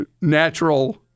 natural